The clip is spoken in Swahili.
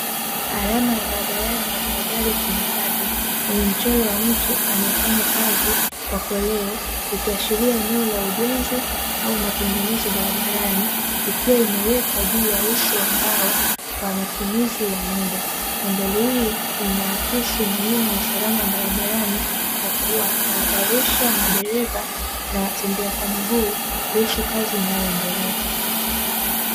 Alama ya barabarani ya tahadhari ya pembetatu yenye mchoro wa mtu anayefanya kazi kwa koleo, ikiashiria eneo la ujenzi au matengenezo barabarani ikiwa imewekwa juu ya uso wa mbao kwa matumizi ya muda. Mandhari hii inaakisi umuhimu wa usalama barabarani kwa kuwatahadharisha madereva na watembea kwa miguu kuhusu kazi inayoendelea.